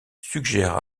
suggère